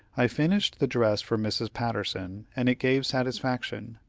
i finished the dress for mrs. patterson, and it gave satisfaction.